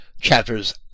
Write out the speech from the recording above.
chapters